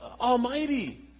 Almighty